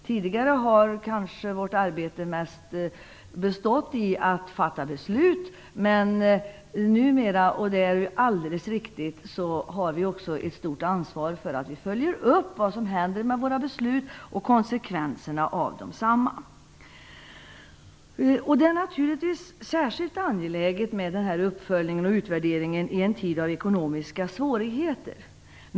Tidigare har kanske vårt arbete mest bestått i att fatta beslut, men numera - och det är alldeles riktigt - har vi också ett stort ansvar för att följa upp vad som händer med våra beslut och konsekvenserna av desamma. Det är naturligtvis särskilt angeläget med denna uppföljning och utvärdering i en tid av ekonomiska svårigheter.